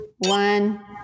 one